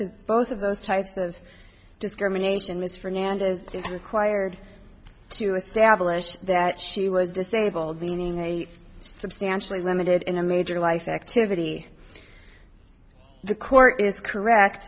to both of those types of discrimination ms fernandez is required to establish that she was disabled meaning a substantially limited in a major life activity the court is correct